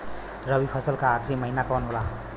रवि फसल क आखरी महीना कवन होला?